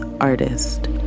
artist